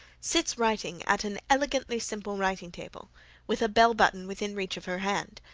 sits writing at an elegantly simple writing-table with a bell button within reach of her hand.